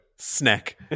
Snack